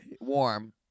Warm